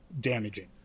Damaging